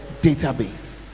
database